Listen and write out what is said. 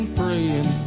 praying